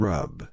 Rub